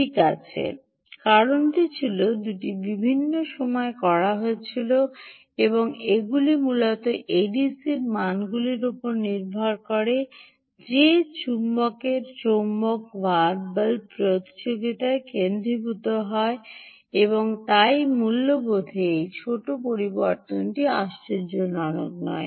ঠিক আছে কারণটি ছিল 2 বিভিন্ন সময়ে করা হয়েছিল এবং এগুলি মূলত এডিসির মানগুলি নির্ভর করে যে চুম্বক চৌম্বকগুলি ভারবাল প্রতিযোগিতায় কেন্দ্রীভূত হয় এবং তাই মূল্যবোধে এই ছোট পরিবর্তনটি আশ্চর্যজনক নয়